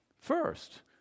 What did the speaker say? First